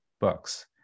books